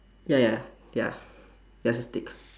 ya ya ya there's a stick